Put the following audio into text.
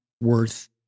worth